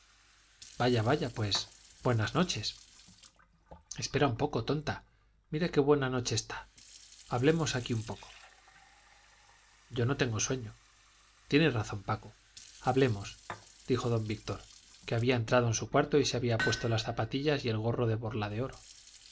vaya vaya pues buenas noches espera un poco tonta mira qué buena noche está hablemos aquí un poco yo no tengo sueño tiene razón paco hablemos dijo don víctor que había entrado en su cuarto y se había puesto las zapatillas y el gorro de borla de oro